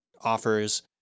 offers